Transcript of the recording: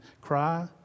cry